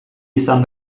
izan